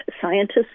scientists